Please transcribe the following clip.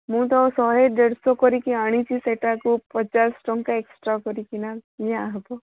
ମୁଁ ତ ଶହେ ଦେଢ଼ଶହ କରିକି ଆଣିଛି ସେଇଟାକୁ ପଚାଶ ଟଙ୍କା ଏକ୍ସଟ୍ରା କରିକିନା ନିଆହେବ